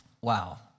Wow